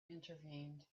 intervened